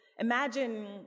Imagine